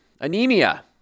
Anemia